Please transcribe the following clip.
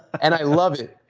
and i love it.